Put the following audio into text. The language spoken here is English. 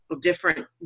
different